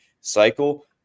cycle